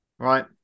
Right